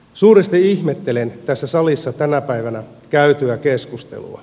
suuresti ihmettelen tässä salissa tänä päivänä käytyä keskustelua